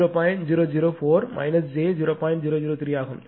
003 ஆகும்